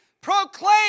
Proclaim